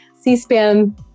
C-SPAN